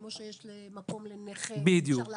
כמו שיש מקום לנכה, אפשר לעשות רציפים מיוחדים.